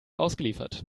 ausgeliefert